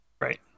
Right